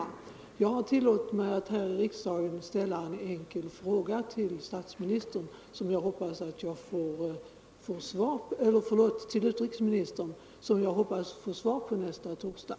Jag har tillåtit mig att här i riksdagen rikta en enkel fråga till utrikesministern om detta, och jag hoppas få svar på den frågan nästa torsdag.